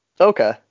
Okay